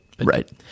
Right